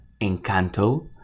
encanto